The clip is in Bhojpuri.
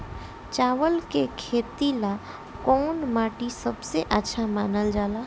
चावल के खेती ला कौन माटी सबसे अच्छा मानल जला?